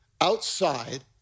outside